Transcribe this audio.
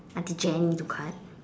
auntie Jenny to cut